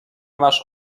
masz